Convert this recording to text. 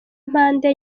mpande